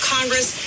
Congress